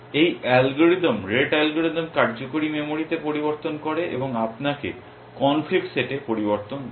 এই algorithm rate algorithm কার্যকারী মেমরিতে পরিবর্তন করে এবং আপনাকে কনফ্লিক্ট সেটে পরিবর্তন দেয়